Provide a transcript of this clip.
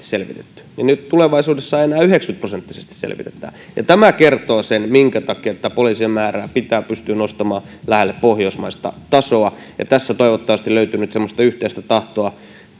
selvitetty nyt tulevaisuudessa enää yhdeksänkymmentä prosenttisesti selvitetään tämä kertoo sen minkä takia poliisien määrää pitää pystyä nostamaan lähelle pohjoismaista tasoa ja tässä toivottavasti löytyy nyt semmoista yhteistä tahtoa